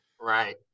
Right